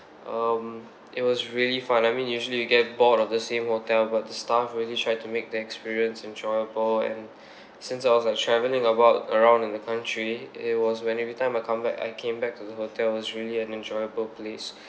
um it was really fun I mean usually we get bored of the same hotel but the staff really try to make the experience enjoyable and since I was like travelling about around in the country it was when every time I come back I came back to the hotel was really an enjoyable place